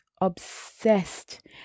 obsessed